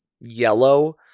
yellow